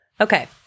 Okay